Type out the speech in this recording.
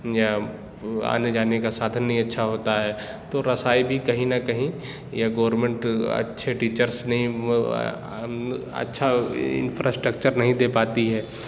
یا آنے جانے کا سادھن نہیں اچھا ہوتا ہے تو رسائی بھی کہیں نہ کہیں یا گورمینٹ اچھے ٹیچرس نہیں اچھا انفراسٹرکچر نہیں دے پاتی ہے